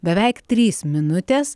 beveik trys minutės